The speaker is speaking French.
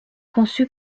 conçu